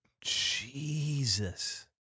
Jesus